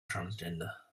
transgender